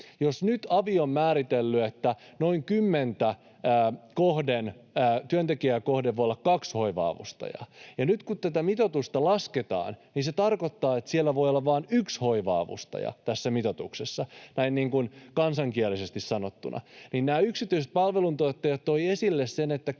Jos nyt avi on määritellyt, että noin kymmentä työntekijää kohden voi olla kaksi hoiva-avustajaa, ja nyt kun tätä mitoitusta lasketaan, niin se tarkoittaa, että siellä voi olla vain yksi hoiva-avustaja tässä mitoituksessa, näin kansankielisesti sanottuna. Nämä yksityiset palveluntuottajat toivat esille sen, että